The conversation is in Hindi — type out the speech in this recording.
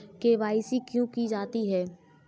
के.वाई.सी क्यों की जाती है?